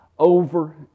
over